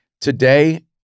today